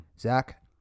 Zach